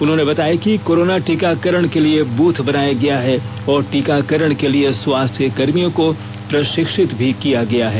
उन्होंने बताया कि कोरोना टीकाकरण के लिए ब्रथ बनाया गया है और टीकाकरण के लिए स्वास्थ्यकर्मियों को प्रशिक्षित भी किया गया है